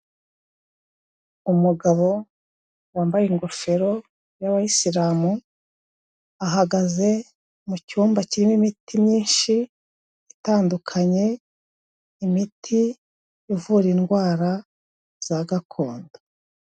Umugabo wambaye ingofero y'abayisilamu, ahagaze mu cyumba kirimo imiti myinshi itandukanye. Imiti ivura indwara za gakondo.